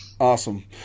Awesome